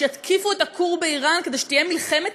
שיתקיפו את הכור באיראן כדי שתהיה מלחמת